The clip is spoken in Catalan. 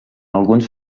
alguns